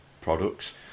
products